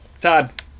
Todd